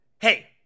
Hey